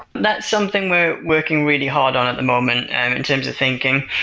that's something we're working really hard on at the moment, and in terms of thinking.